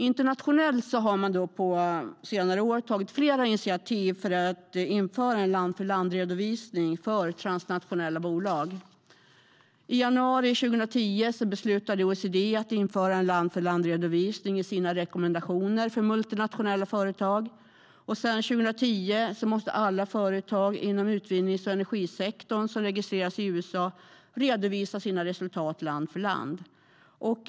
Internationellt har det på senare år tagits flera initiativ för att införa en land-för-land-redovisning för transnationella bolag. I januari 2010 beslutade OECD att införa en land-för-land-redovisning i sina rekommendationer för multinationella företag. Sedan 2010 måste alla företag inom utvinnings och energisektorn som registreras i USA redovisa sina resultat land för land.